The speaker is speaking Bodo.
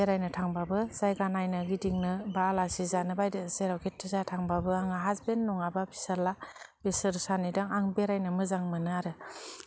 बेरायनो थांबाबो जायगा नायनो गिदिंनो बा आलासि जानो फायदो जेरावखि जाया थांबाबो आङा हासबेन्ड नङाबा फिसाला बिसोर सानैदों आं बेरायनो मोजां मोनो आरो